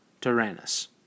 Tyrannus